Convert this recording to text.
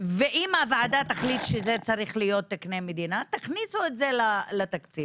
ואם הוועדה תחליט שזה צריך להיות תקני מדינה תכניסו את זה לתקציב.